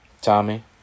Tommy